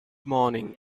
morning